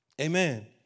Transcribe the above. Amen